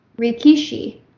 Rikishi